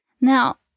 Now